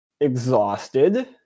exhausted